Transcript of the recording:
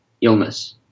illness